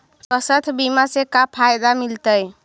स्वास्थ्य बीमा से का फायदा मिलतै?